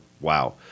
wow